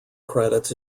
credits